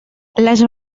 les